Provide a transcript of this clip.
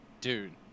Dude